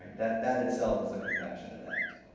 that that itself is a compassionate act.